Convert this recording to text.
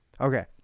Okay